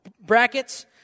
brackets